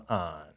on